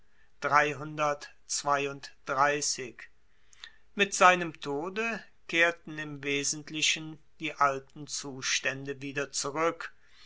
mit seinem tode kehrten im wesentlichen die alten zustaende wieder zurueck